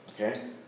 Okay